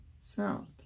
sound